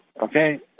okay